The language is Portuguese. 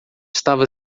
estava